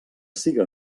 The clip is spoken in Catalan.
siga